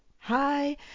Hi